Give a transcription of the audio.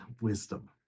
wisdom